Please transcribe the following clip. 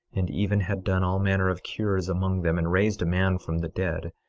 and even had done all manner of cures among them, and raised a man from the dead,